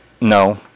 no